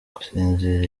gusinzira